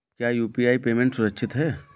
क्या UPI payment सुरक्षित है?